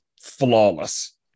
flawless